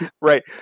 Right